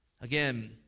Again